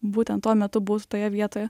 būtent tuo metu but toje vietoje